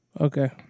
Okay